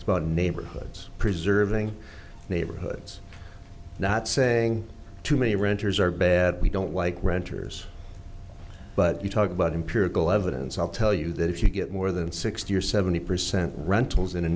about neighborhoods preserving neighborhoods not saying too many renters are bad we don't like renters but you talk about empirical evidence i'll tell you that if you get more than sixty or seventy percent rentals in a